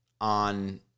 on